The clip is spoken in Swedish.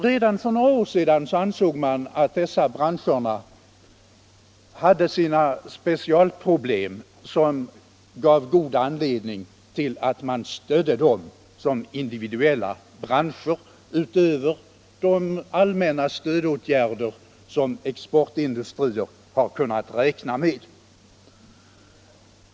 Redan för några år sedan ansåg man att dessa branscher hade sina specialproblem, som gav god anledning till att stödja dem som individuella branscher utöver de allmänna stödåtgärder som exportindustrier har kunnat räkna med.